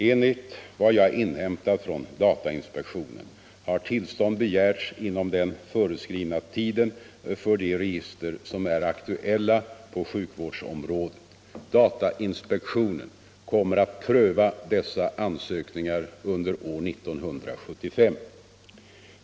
Enligt vad jag inhämtat från, datainspektionen har tillstånd begärts inom den föreskrivna tiden för de register som är aktuella på sjukvårdsområdet. Datainspektionen kommer att pröva dessa ansökningar under år 1975.